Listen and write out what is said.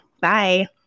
bye